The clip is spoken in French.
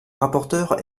rapporteur